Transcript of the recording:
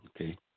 okay